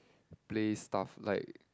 play stuff like